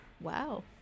Wow